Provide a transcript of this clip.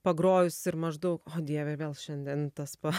pagrojus ir maždaug o dieve ir vėl šiandien tas pa